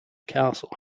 castle